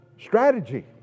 strategy